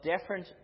different